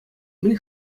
мӗн